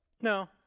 No